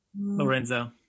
Lorenzo